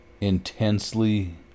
intensely